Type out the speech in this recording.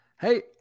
hey